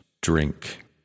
drink